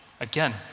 again